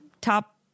top